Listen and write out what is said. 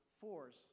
force